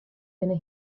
binne